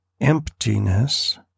emptiness